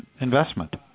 investment